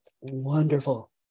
wonderful